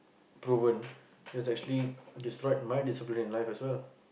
proven is actually destroyed my discipline in life as well